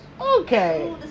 Okay